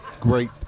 great